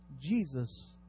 Jesus